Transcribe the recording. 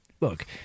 look